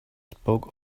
spoke